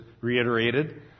reiterated